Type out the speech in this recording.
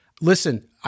listen